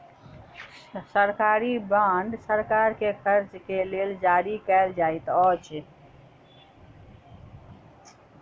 सरकारी बांड सरकार के खर्च के लेल जारी कयल जाइत अछि